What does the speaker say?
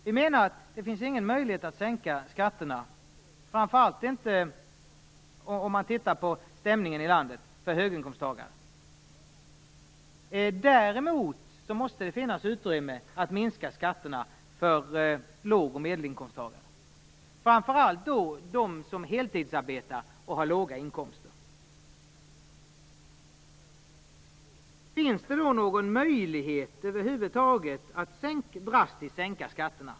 Vi menar att det inte finns någon möjlighet att sänka skatterna för höginkomsttagarna, framför allt inte om man lyssnar till stämningarna i landet. Däremot måste det finnas utrymme att minska skatterna för låg och medelinkomsttagare, framför allt för dem som heltidsarbetar och har låga inkomster. Finns det då någon möjlighet över huvud taget att drastiskt sänka skatterna?